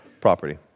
property